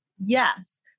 Yes